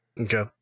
Okay